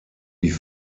die